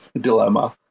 dilemma